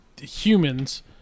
humans